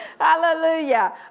Hallelujah